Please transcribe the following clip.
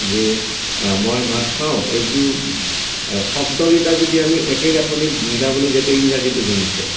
যে মই ভাত খাওঁ এইটো শব্দকেইটা যদি আমি একে গাঁথনিত মিলাবলৈ যাওঁতে ইংৰাজীটো হৈ নুঠে